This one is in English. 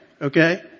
Okay